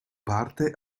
parte